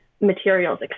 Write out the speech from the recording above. materials